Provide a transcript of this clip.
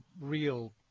real